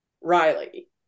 Riley